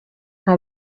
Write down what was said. nka